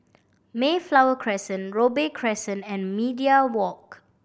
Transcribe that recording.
Mayflower Crescent Robey Crescent and Media Walk